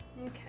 Okay